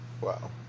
wow